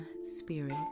Spirit